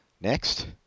Next